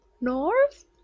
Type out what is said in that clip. North